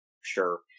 sure